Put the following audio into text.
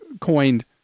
coined